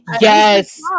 yes